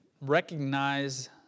recognize